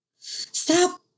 Stop